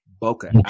Boca